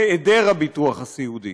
היעדר הביטוח הסיעודי.